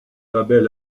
label